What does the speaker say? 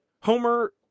Homer